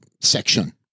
section